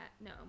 No